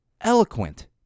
Eloquent